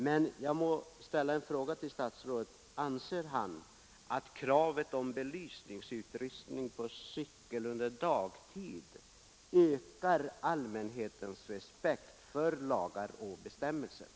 Men jag vill samtidigt ställa en fråga till kommunikationsministern: Anser statsrådet att kravet på belysningsutrustning på cykel under dagtid ökar allmänhetens respekt för lagar och bestämmelser?